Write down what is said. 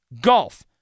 Golf